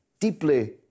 deeply